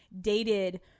dated